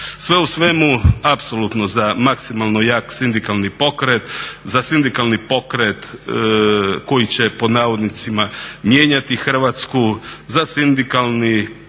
Sve u svemu apsolutno za maksimalno jak sindikalni pokret, za sindikalni pokret koji će pod navodnicima mijenjati Hrvatsku, za sindikalni